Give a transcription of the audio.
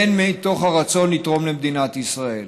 והן מתוך הרצון לתרום למדינת ישראל.